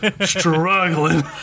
struggling